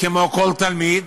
כמו כל תלמיד,